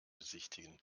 besichtigen